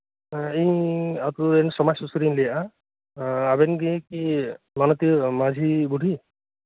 ᱦᱮᱸ ᱤᱧ ᱟᱹᱛᱩ ᱨᱮᱱ ᱥᱚᱢᱟᱡ ᱥᱩᱥᱟᱹᱨᱤᱭᱟᱹᱧ ᱞᱟᱹᱭ ᱮᱫᱼᱟ ᱟᱵᱮᱱ ᱜᱮ ᱤᱭᱟᱹ ᱯᱚᱱᱚᱛᱤᱭᱟᱹ ᱢᱟᱡᱷᱤ ᱵᱩᱰᱷᱤ